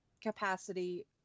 capacity